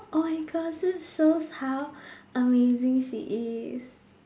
oh my god so it shows how amazing she is